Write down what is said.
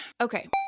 Okay